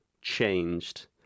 changed